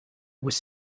was